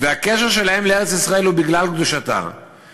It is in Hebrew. והקשר שלהם לארץ-ישראל הוא בגלל קדושתה,